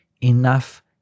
enough